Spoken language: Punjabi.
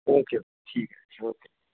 ਓਕੇ ਓਕੇ ਠੀਕ ਹੈ ਜੀ ਓਕੇ